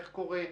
איך קורה,